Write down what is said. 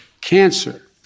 cancer